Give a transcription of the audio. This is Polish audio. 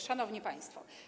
Szanowni Państwo!